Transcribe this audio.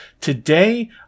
Today